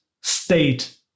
state